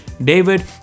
david